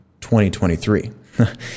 2023